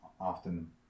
often